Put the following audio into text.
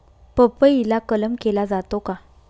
पपईला कलम केला जातो का?